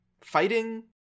fighting